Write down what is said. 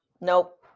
nope